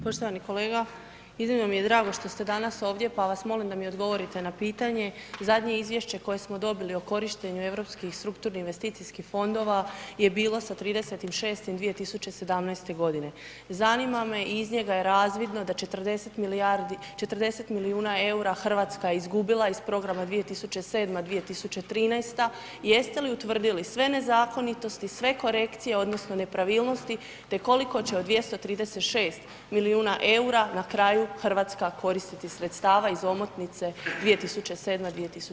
Poštovani kolega, iznimno mi je drago što ste danas ovdje pa vas molim da mi odgovorite na pitanje, zadnje izvješće koje smo dobili o korištenju Europskih strukturnih investicijskih fondova je bilo sa 30.6.2017. godine, zanima me i iz njega je razvidno da 40 milijardi, 40 milijuna EUR-a Hrvatska je izgubila iz programa 2007.-2013. i jeste li utvrdili sve nezakonitosti, sve korekcije odnosno nepravilnosti te koliko će od 236 milijuna EUR-a na kraju Hrvatska koristiti sredstava iz omotnice 2007.-2013.